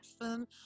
film